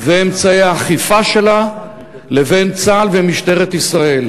ואמצעי האכיפה שלה לבין צה"ל ומשטרת ישראל.